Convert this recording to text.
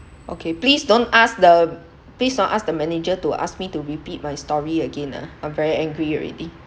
okay please don't ask the please don't ask the manager to ask me to repeat my story again ah I'm very angry already